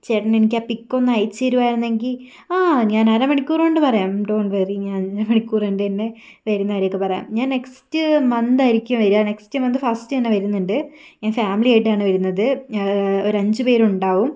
ചേട്ടൻ എനിക്ക് ആ പിക് ഒന്ന് അയച്ചു തരുവായിരുന്നെങ്കിൽ ആ ഞാൻ അരമണിക്കൂർ കൊണ്ട് പറയാം ഡോണ്ട് വറി ഞാൻ അരമണിക്കൂർ കൊണ്ട് തന്നെ വരുന്ന കാര്യമൊക്കെ പറയാം ഞാൻ നെക്സ്റ്റ് മന്തായിരിക്കും വരിക നെക്സ്റ്റ് മന്ത് ഫസ്റ്റ് തന്നെ വരുന്നുണ്ട് ഞാൻ ഫാമിലി ആയിട്ടാണ് വരുന്നത് ഒരു അഞ്ച് പേര് ഉണ്ടാകും